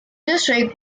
district